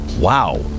wow